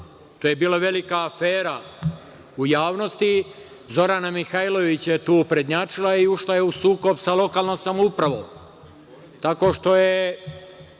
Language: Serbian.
To je bila velika afera u javnosti. Zorana Mihajlović je tu prednjačila i ušla je u sukob sa lokalnom samoupravom